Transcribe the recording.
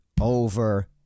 over